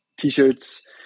t-shirts